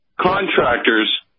contractors